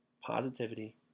positivity